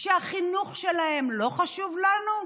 שהחינוך שלהם לא חשוב לנו?